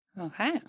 Okay